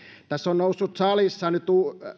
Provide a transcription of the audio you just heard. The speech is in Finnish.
tässä on noussut salissa nyt